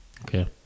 Okay